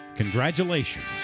Congratulations